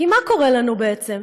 כי מה קורה לנו, בעצם?